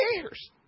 cares